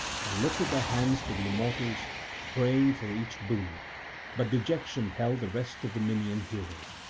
and lifted their hands to the immortals praying for each boon but dejection held the rest of the minyan heroes.